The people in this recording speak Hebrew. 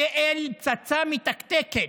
כאל פצצה מתקתקת.